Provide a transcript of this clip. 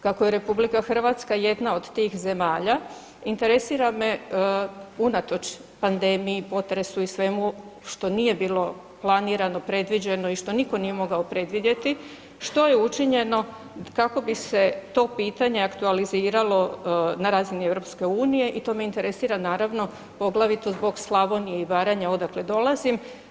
Kako je RH jedna od tih zemalja interesira unatoč pandemiji, potresu i svemu što nije bilo planirano, predviđeno i što nitko nije mogao predvidjeti što je učinjeno kako bi se to pitanje aktualiziralo na razini EU i to me interesira naravno poglavito zbog Slavonije i Baranje odakle dolazim.